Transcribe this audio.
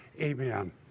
Amen